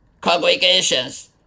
congregations